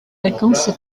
vacances